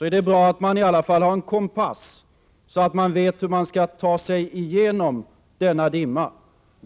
är det bra att man i alla fall har en kompass så att man vet hur man skall ta sig igenom denna dimma.